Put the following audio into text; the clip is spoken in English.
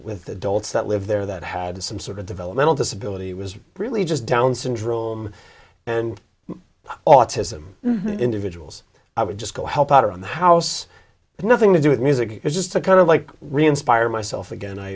with adults that live there that had some sort of developmental disability it was really just down syndrome and autism and individuals i would just go help out around the house but nothing to do with music just to kind of like reinspire myself again i